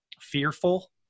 fearful